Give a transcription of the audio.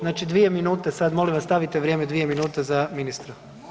Znači, dvije minute sad, molim vas stavite vrijeme dvije minute za ministra.